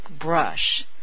brush